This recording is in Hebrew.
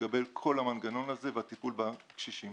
לגבי כל המנגנון הזה והטיפול בקשישים.